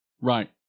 Right